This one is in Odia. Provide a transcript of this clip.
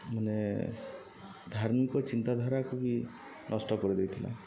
ମାନେ ଧାର୍ମିକ ଚିନ୍ତାଧାରାକୁ ବି ନଷ୍ଟ କରିଦେଇଥିଲା